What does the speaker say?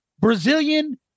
Brazilian